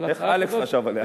איך אלכס חשב עליה?